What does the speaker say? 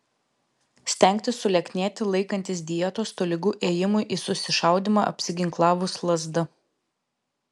stengtis sulieknėti laikantis dietos tolygu ėjimui į susišaudymą apsiginklavus lazda